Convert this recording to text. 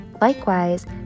likewise